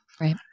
Right